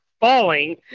falling